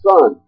Son